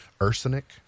Arsenic